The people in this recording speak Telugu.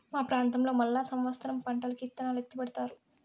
మా ప్రాంతంలో మళ్ళా సమత్సరం పంటకి ఇత్తనాలు ఎత్తిపెడతారు